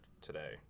today